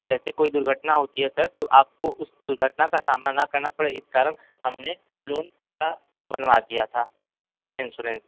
जेसे कोई दुर्घटना होती है सर तो आपको उस दुर्घटना का सामना न करना पड़े इस कारण हमने लोन का बनवा दिया था इंश्योरेंस